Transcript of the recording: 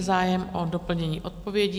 Je zájem o doplnění odpovědi?